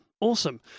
Awesome